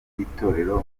y’itorero